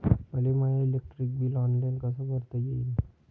मले my electric bill online कस भरता येईन?